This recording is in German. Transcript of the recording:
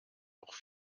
auch